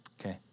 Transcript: Okay